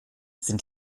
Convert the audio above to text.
sind